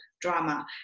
drama